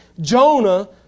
Jonah